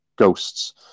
ghosts